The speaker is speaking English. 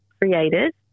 created